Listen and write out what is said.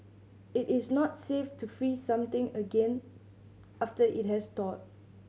it is not safe to freeze something again after it has thawed